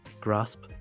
grasp